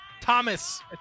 Thomas